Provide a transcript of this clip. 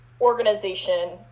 organization